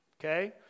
okay